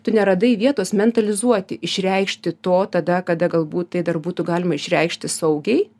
tu neradai vietos mentalizuoti išreikšti to tada kada galbūt tai dar būtų galima išreikšti saugiai